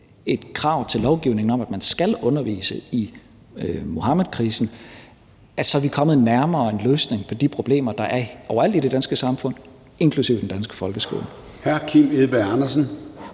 et krav til lovgivningen om, at man skal undervise i Muhammedkrisen, så er vi kommet nærmere en løsning på de problemer, der er overalt i det danske samfund, inklusive den danske folkeskole. Kl. 14:44 Formanden